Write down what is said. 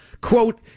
Quote